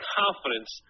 confidence